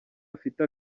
afite